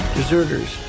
deserters